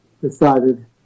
decided